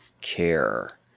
care